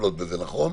מטפלות בזה, נכון?